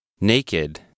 Naked